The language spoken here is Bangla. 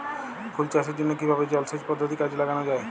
ফুল চাষের জন্য কিভাবে জলাসেচ পদ্ধতি কাজে লাগানো যাই?